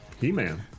He-Man